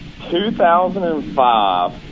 2005